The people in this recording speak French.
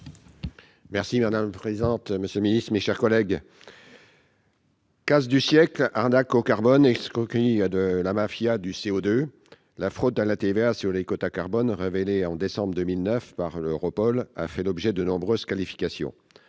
Madame la présidente, monsieur le ministre, mes chers collègues, casse du siècle, arnaque au carbone, escroquerie de la mafia du CO2 ... La fraude à la TVA sur les quotas carbone, révélée en décembre 2009 par Europol, a fait l'objet de nombreuses qualifications.